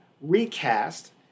recast